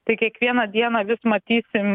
tai kiekvieną dieną vis matysim